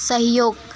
सहयोग